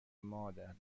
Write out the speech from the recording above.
مادر